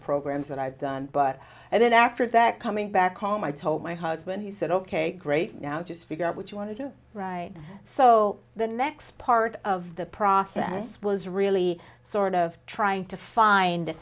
programs that i've done but then after that coming back home i told my husband he said ok great now just figure out what you want to do right so the next part of the process was really sort of trying to find